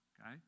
Okay